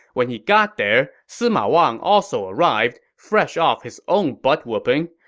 when he got there, sima wang also arrived, fresh off his own butt-whooping.